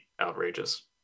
outrageous